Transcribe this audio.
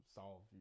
solve